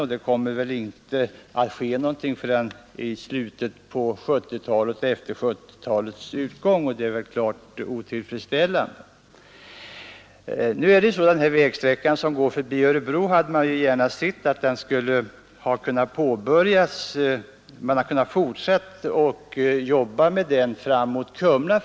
Ingenting kommer att ske förrän efter 1970-talets utgång, vilket är klart otillfredsställande. Man hade gärna sett att arbetet på vägsträckan förbi Örebro hade kunnat fortsättas, framför allt fram till Kumla.